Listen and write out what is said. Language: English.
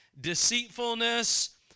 deceitfulness